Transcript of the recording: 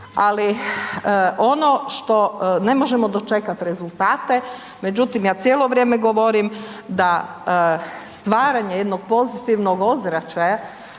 Ali, ono što ne možemo dočekati rezultate, međutim, ja cijelo vrijeme govorim da stvaranje jednog pozitivnog ozračja